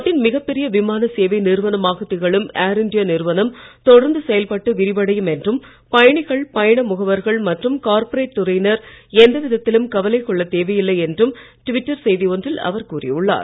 நாட்டின் மிகப்பெரிய விமான சேவை நிறுவமாக திகழும் ஏர் இண்டியா நிறுவனம் தொடர்ந்து செயல்பட்டு விரிவடையும் என்றும் பயணிகள் பயண முகவர்கள் மற்றும் கார்ப்பரேட் துறையினர் எந்தவிதத்திலும் கவலை கொள்ள தேவையில்லை என்றும் டிவிட்டர் செய்தி ஒன்றில் அவர் கூறியுள்ளார்